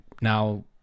now